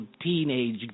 teenage